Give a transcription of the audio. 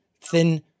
thin